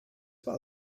well